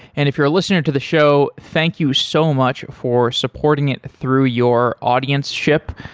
and if you're a listener to the show, thank you so much for supporting it through your audienceship.